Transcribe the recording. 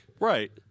Right